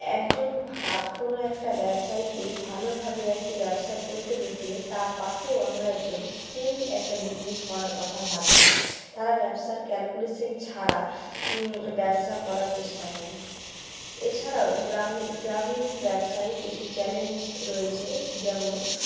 একজন ভা কোনো একটা ব্যবসায়ীকে ভালোভাবে একটি ব্যবসা চলতে দেখলে তার পাশেই অন্য একজন সেম একটা বিজনেস করার কথা ভাবে তারা ব্যবসার ক্যালকুলেশান ছাড়া ব্যবসা করার চেষ্টা করে এছাড়াও গ্রামী গ্রামীণ ব্যবসায়ী কিছু চ্যালেঞ্জ রয়েছে যেমন